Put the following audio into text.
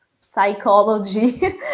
psychology